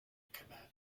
kebab